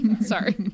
Sorry